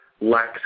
lacks